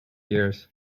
years